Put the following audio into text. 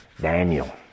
Daniel